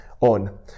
on